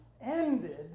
ended